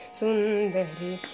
sundari